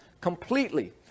completely